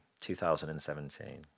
2017